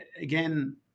again